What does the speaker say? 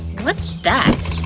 what's that?